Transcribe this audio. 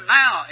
now